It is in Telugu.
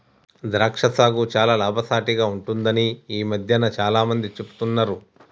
ద్రాక్ష సాగు చాల లాభసాటిగ ఉంటుందని ఈ మధ్యన చాల మంది చెపుతున్నారు